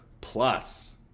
plus